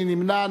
מי נמנע?